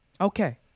Okay